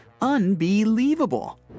Unbelievable